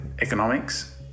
economics